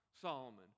Solomon